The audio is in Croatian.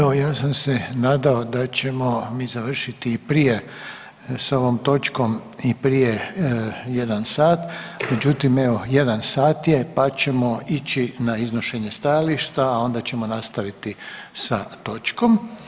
Hvala, evo ja sam se nadamo da ćemo mi završiti i prije s ovom točkom i prije 1 sat, međutim evo 1 sat je pa ćemo ići na iznošenje stajališta, a onda ćemo nastaviti s točkom.